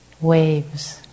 Waves